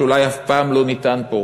שאולי אף פעם לא ניתן פה,